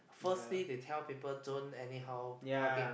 first thing they tell people don't anyhow park it